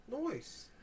Nice